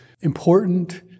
important